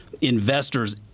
investors